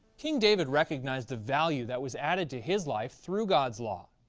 king david recognized the value that was added to his life through god's law.